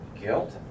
Guilt